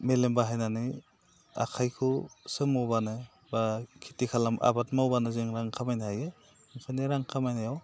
मेलेम बाहायनानै आखाइखौ सोमावब्लानो बा खिथि खालामना आबाद मावब्लानो जोङो रां खामायनो हायो ओंखायनो रां खामायनायाव